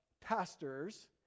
pastors